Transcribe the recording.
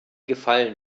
gefallen